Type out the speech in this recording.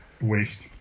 waste